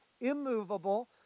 immovable